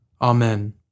Amen